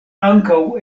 ankaŭ